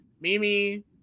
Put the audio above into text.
Mimi